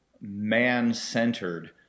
man-centered